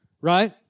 right